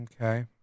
Okay